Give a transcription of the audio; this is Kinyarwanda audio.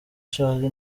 charly